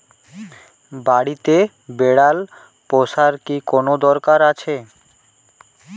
বাড়িতে বিড়াল পোষার কি কোন দরকার আছে?